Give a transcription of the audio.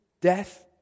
death